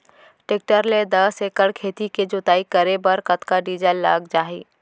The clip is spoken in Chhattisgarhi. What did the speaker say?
टेकटर ले दस एकड़ खेत के जुताई करे बर कतका डीजल लग जाही?